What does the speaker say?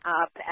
up